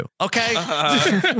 okay